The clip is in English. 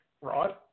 Rod